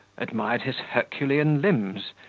admired his herculean limbs,